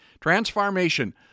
Transformation